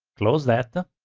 close that.